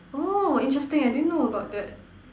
oh interesting I didn't know about that